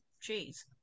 cheese